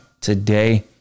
today